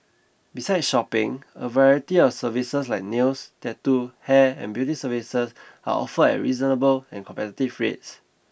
besides shopping a variety of services like nails tattoo hair and beauty services are offered at reasonable and competitive price